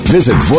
Visit